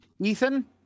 ethan